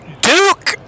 Duke